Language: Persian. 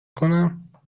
کنم